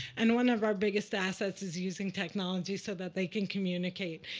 and one of our biggest assets is using technology so that they can communicate.